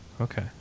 Okay